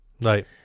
Right